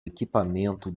equipamento